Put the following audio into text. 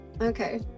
Okay